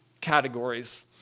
categories